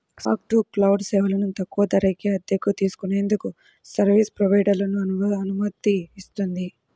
fog to cloud సేవలను తక్కువ ధరకే అద్దెకు తీసుకునేందుకు సర్వీస్ ప్రొవైడర్లను అనుమతిస్తుంది